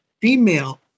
female